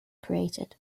created